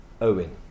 Owen